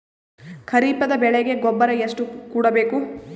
ಖರೀಪದ ಬೆಳೆಗೆ ಗೊಬ್ಬರ ಎಷ್ಟು ಕೂಡಬೇಕು?